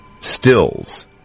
stills